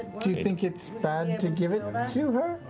do you think it's to give it to her?